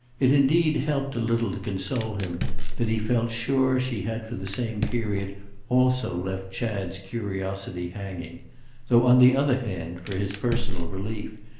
it indeed helped a little to console him that he felt sure she had for the same period also left chad's curiosity hanging though on the other hand, for his personal relief,